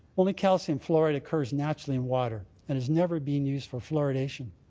only calcium fluoride occurs naturally in water and has never been used for fluoridation.